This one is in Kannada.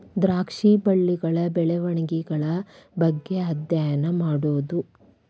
ದ್ರಾಕ್ಷಿ ಬಳ್ಳಿಗಳ ಬೆಳೆವಣಿಗೆಗಳ ಬಗ್ಗೆ ಅದ್ಯಯನಾ ಮಾಡುದು